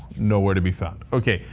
nowhere to be found. okay.